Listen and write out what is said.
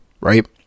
right